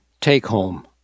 take-home